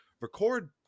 record